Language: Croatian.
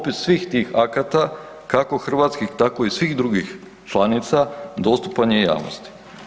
Popis svih tih akata, kako hrvatskih tako i svih drugih članica dostupan je javnosti.